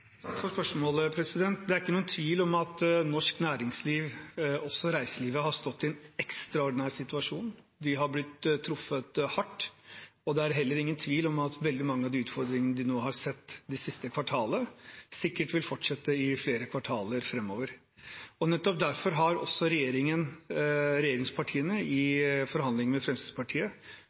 Takk for spørsmålet. Det er ingen tvil om at norsk næringsliv, også reiselivet, har stått i en ekstraordinær situasjon. De har blitt truffet hardt. Det er heller ingen tvil om at veldig mange av de utfordringene de nå har sett det siste kvartalet, sikkert vil fortsette i flere kvartaler framover. Nettopp derfor har også regjeringspartiene i forhandlingene med Fremskrittspartiet